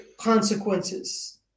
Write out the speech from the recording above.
consequences